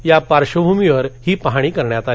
या पार्धभूमीवर ही पाहणी करण्यात आली